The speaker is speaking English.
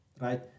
right